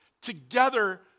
together